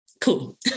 cool